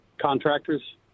contractors